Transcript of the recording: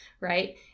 right